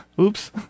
Oops